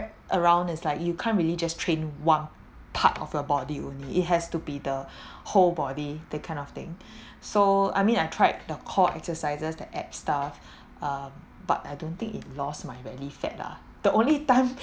around it's like you can't really just train one part of your body only it has to be the whole body that kind of thing so I mean I tried the core exercises the abs stuff um but I don't think it lost my belly fat lah the only time